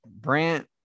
Brant